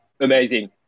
amazing